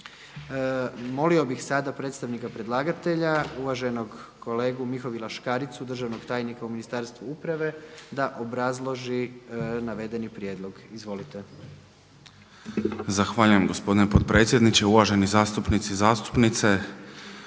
Molio bih sada predstavnika predlagatelja, uvaženog kolegu Mihovila Škaricu, državnog tajnika u Ministarstvu uprave da obrazloži navedeni prijedlog. Izvolite. **Škarica, Mihovil** Zahvaljujem gospodine potpredsjedniče, uvaženi zastupnici i zastupnice.